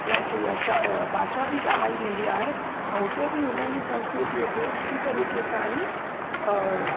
लाइ इहा भाषा बि ॻाल्हाई वेंदी आहे ऐं हुते बि हुनजी संस्कृतिअ खे सुठी तरीक़े सां ई